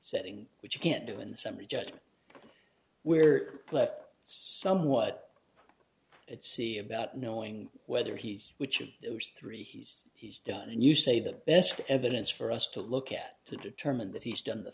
setting which you can't do in summary judgment we're left somewhat it's about knowing whether he's which of those three he's he's done and you say the best evidence for us to look at to determine that he's done the